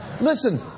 Listen